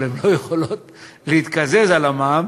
אבל הן לא יכולות להתקזז על המע"מ.